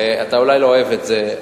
אתה אולי לא אוהב את זה,